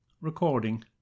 Recording